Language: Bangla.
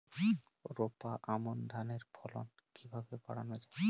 রোপা আমন ধানের ফলন কিভাবে বাড়ানো যায়?